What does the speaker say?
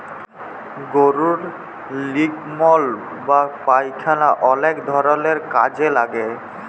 গরুর লির্গমল বা পায়খালা অলেক ধরলের কাজে লাগে